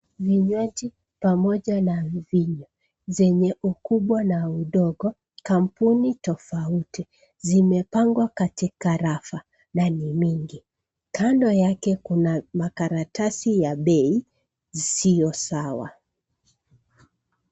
Vinywaji pamoja na mvinyo, zenye ukubwa na udogo, kampuni tofauti, zimepangwa katika rafa na ni mingi. Kando yake kuna makaratasi ya bei, isiyo sawa.